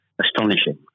astonishing